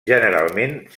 generalment